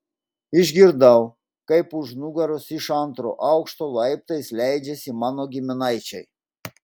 išgirdau kaip už nugaros iš antro aukšto laiptais leidžiasi mano giminaičiai